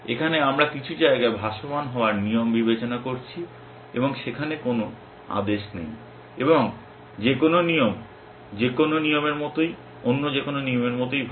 এখানে আমরা কিছু জায়গায় ভাসমান হওয়ার নিয়ম বিবেচনা করছি এবং সেখানে কোনো আদেশ নেই এবং যেকোনো নিয়ম অন্য যেকোনো নিয়মের মতোই ভালো